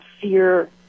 fear